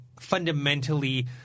fundamentally